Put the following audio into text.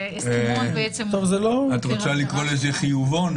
את רוצה לקרוא לזה חיובון?